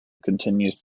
continues